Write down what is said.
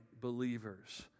believers